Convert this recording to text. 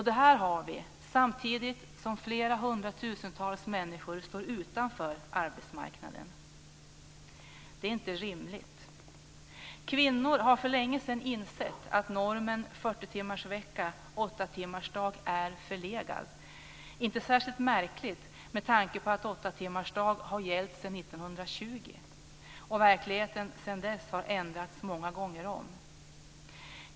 Det här har vi, samtidigt som flera hundratusentals människor står utanför arbetsmarknaden. Detta är inte rimligt. Kvinnor har för länge sedan insett att normen 40 timmarsvecka/åttatimmarsdag är förlegad. Det är inte särskilt märkligt med tanke på att åttatimmarsdagen har gällt sedan 1920 och att verkligheten sedan dess har ändrats många gånger om.